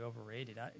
overrated